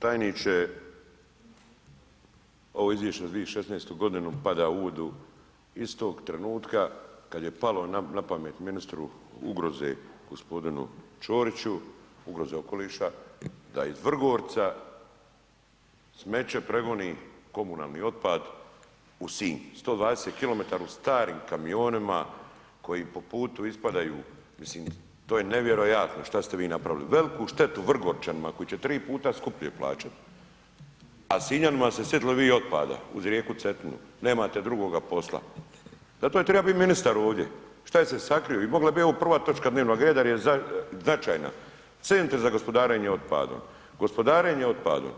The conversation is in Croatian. Tajniče, ovo izvješće za 2016.g. pada u vodu istog trenutka kad je palo na pamet ministru ugroze g. Ćoriću, ugroze okoliša, da iz Vrgorca smeće pregoni komunalni otpad u Sinj, 120 km u starim kamionima koji po putu ispadaju, mislim to je nevjerojatno šta ste vi napravili, veliku štetu Vrgorčanima koji će 3 puta skuplje plaćat, a Sinjanima se sitili vi otpada uz rijeku Cetinu, nemate drugoga posla, zato je triba bit ministar ovdje, šta je se sakrio i mogla bi ovo bit prva točka dnevnog reda jer je značajna, Centri za gospodarenje otpadom, gospodarenje otpadom